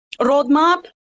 roadmap